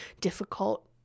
difficult